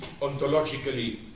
ontologically